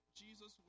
jesus